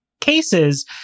cases